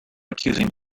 accusing